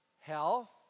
health